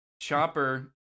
chopper